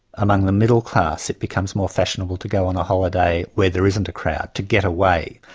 among the middle-class, it becomes more fashionable to go on a holiday where there isn't a crowd, to get away.